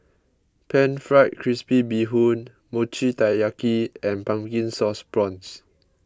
Pan Fried Crispy Bee Hoon Mochi Taiyaki and Pumpkin Sauce Prawns